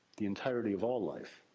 the entirety of all life.